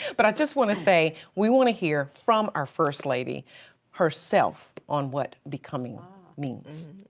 but i just wanna say, we wanna hear from our first lady herself on what becoming means.